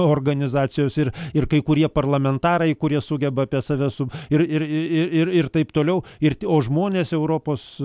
organizacijos ir ir kai kurie parlamentarai kurie sugeba apie save su ir ir ir ir ir ir taip toliau ir o žmonės europos